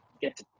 get